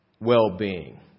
well-being